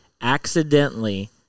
accidentally